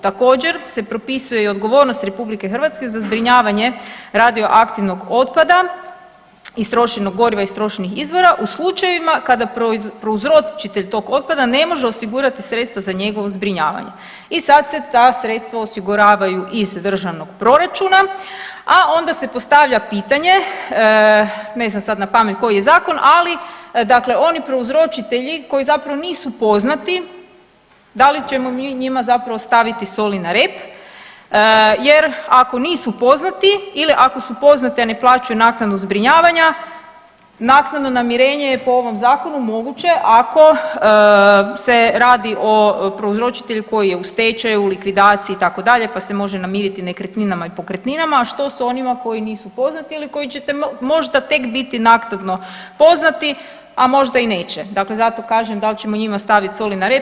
Također se propisuje i odgovornost RH za zbrinjavanje radioaktivnog otpada, istrošenog goriva i istrošenih izvora u slučajevima kada prouzročitelj tog otpada ne može osigurati sredstva za njegovo zbrinjavanje i sad se ta sredstva osiguravaju iz državnog proračuna, a onda se postavlja pitanje, ne znam sad napamet koji je zakon, ali dakle oni prouzročitelji koji zapravo nisu poznati da li ćemo mi njima zapravo staviti soli na rep jer ako nisu poznati ili ako su poznati, a ne plaćaju naknadu zbrinjavanja naknadno namirenje je po ovom zakonu moguće ako se radi o prouzročitelju koji je u stečaju, u likvidaciji itd., pa se može namiriti nekretninama i pokretninama, a što s onima koji nisu poznati ili koji će možda tek biti naknadno poznati, a možda i neće, dakle zato kažem dal ćemo njima stavit soli na rep.